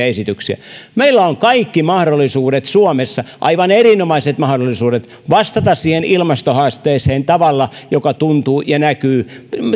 esityksiä meillä on kaikki mahdollisuudet suomessa aivan erinomaiset mahdollisuudet vastata ilmastohaasteeseen tavalla joka tuntuu ja näkyy